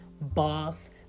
boss